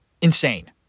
Insane